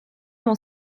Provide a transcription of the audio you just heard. m’en